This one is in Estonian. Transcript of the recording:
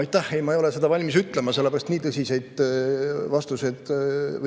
Aitäh! Ei, ma ei ole seda valmis ütlema, sellepärast et